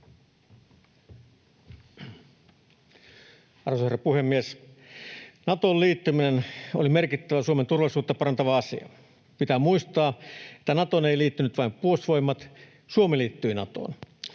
Arvoisa herra puhemies! Natoon liittyminen oli merkittävä Suomen turvallisuutta parantava asia. Pitää muistaa, että Natoon ei liittynyt vain Puolustusvoimat — Suomi liittyi Natoon.